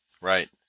Right